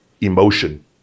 emotion